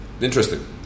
interesting